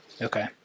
Okay